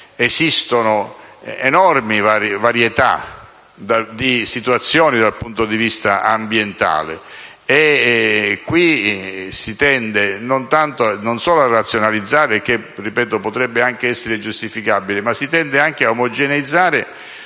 esistono enormi varietà di situazioni dal punto vista ambientale. Qui si tende non tanto e non solo a razionalizzare, che potrebbe anche essere giustificabile, ma si tende anche ad omogeneizzare,